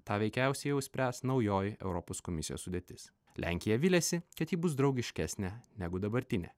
tą veikiausiai jau spręs naujoji europos komisijos sudėtis lenkija viliasi kad ji bus draugiškesnė negu dabartinė